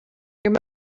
your